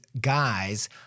guys